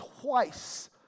twice